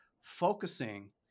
focusing